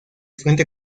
frente